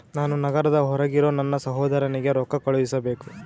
ನಾನು ನಗರದ ಹೊರಗಿರೋ ನನ್ನ ಸಹೋದರನಿಗೆ ರೊಕ್ಕ ಕಳುಹಿಸಬೇಕು